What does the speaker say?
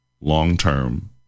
long-term